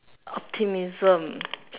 optimism